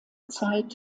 zeit